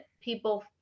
people